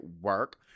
work